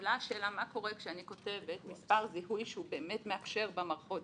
מה קורה כשאני כותבת מספר זיהוי שהוא באמת מאפשר במקור זיהוי,